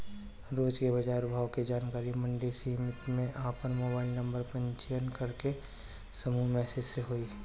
रोज के बाजार भाव के जानकारी मंडी समिति में आपन मोबाइल नंबर पंजीयन करके समूह मैसेज से होई?